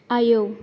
आयौ